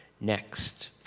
Next